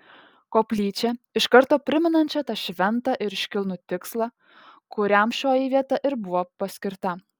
koplyčią iš karto primenančią tą šventą ir iškilnų tikslą kuriam šioji vieta ir buvo paskirta